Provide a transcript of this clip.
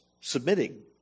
submitting